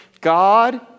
God